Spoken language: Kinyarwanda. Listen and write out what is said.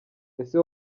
ese